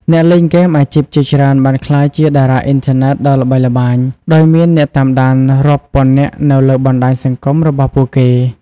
អ្នកលេងហ្គេមអាជីពជាច្រើនបានក្លាយជាតារាអុីនធឺណិតដ៏ល្បីល្បាញ ដោយមានអ្នកតាមដានរាប់ពាន់នាក់នៅលើបណ្ដាញសង្គមរបស់ពួកគេ។